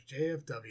JFW